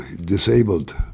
disabled